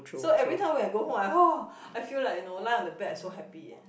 so every time when I go home I !wah! I feel like you know I lie on my bed so happy eh